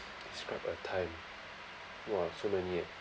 describe a time !wah! so many eh